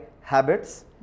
habits